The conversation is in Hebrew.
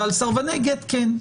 ועל סרבני גט כן.